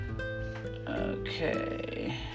okay